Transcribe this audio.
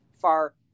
far